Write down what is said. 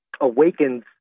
awakens